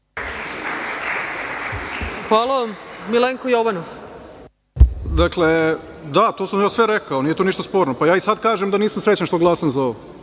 ima reč. **Milenko Jovanov** Dakle, da, to sam ja sve rekao. Nije to ništa sporno. Pa, ja i sada kažem da nisam srećan što glasam za ovo.